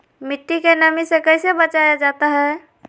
मट्टी के नमी से कैसे बचाया जाता हैं?